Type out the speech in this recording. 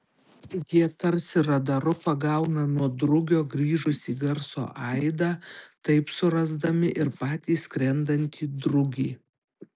jie tarsi radaru pagauna nuo drugio grįžusį garso aidą taip surasdami ir patį skrendantį drugį